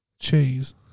Cheese